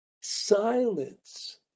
Silence